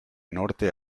norte